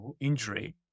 injury